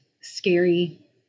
scary